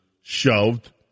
shoved